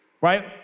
right